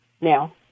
Now